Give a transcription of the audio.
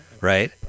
right